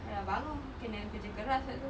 dah bangun kena kerja keras pula tu